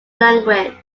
language